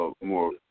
more